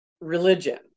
religion